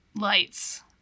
lights